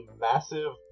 massive